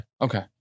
okay